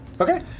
Okay